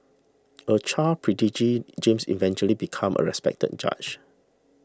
a child prodigy James eventually became a respected judge